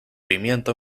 pimiento